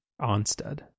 Onstead